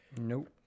Nope